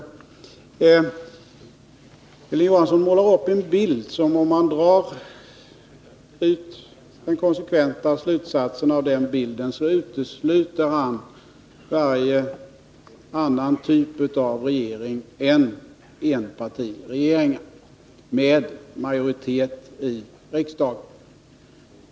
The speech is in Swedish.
Hilding Johansson målade upp en bild som — om man drar de konsekventa slutsatserna av den — utesluter varje annan typ av regering än en enpartiregering med majoritet i riksdagen.